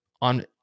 on